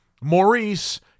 Maurice